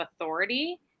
authority